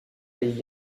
les